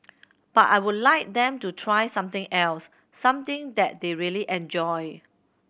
but I would like them to try something else something that they really enjoy